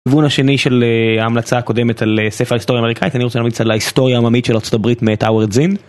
כיוון השני של ההמלצה הקודמת על ספר ההיסטוריה האמריקאית, אני רוצה להמליץ על ההיסטוריה העממית של ארה״ב מאת אוורד זין.